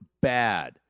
bad